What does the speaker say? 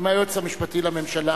עם היועץ המשפטי לממשלה.